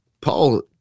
Paul